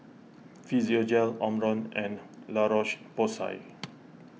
Physiogel Omron and La Roche Porsay